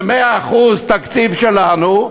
ב-100% תקציב שלנו,